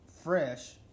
fresh